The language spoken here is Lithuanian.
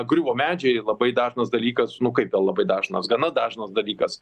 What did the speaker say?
griuvo medžiai labai dažnas dalykas nu kaip jau labai dažnas gana dažnas dalykas